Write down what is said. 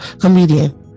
comedian